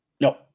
No